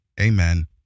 amen